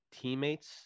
teammates